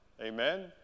Amen